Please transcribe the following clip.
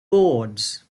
boards